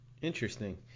Interesting